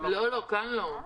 כאן לא.